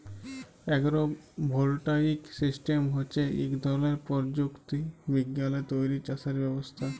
agro voltaic system হছে ইক ধরলের পরযুক্তি বিজ্ঞালে তৈরি চাষের ব্যবস্থা